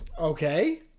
Okay